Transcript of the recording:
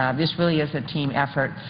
um this really is a team effort.